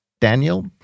Daniel